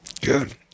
good